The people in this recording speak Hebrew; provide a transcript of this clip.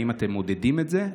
האם אתם מודדים את זה?